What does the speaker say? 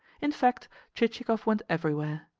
in fact, chichikov went everywhere.